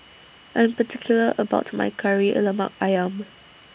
I'm particular about My Kari Lemak Ayam